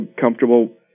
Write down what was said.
comfortable